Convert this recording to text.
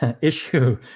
issue